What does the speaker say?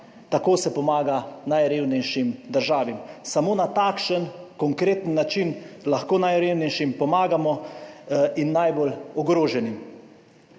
Tako se pomaga najrevnejšim državam. Samo na takšen konkreten način lahko najrevnejšim pomagamo in najbolj ogroženim.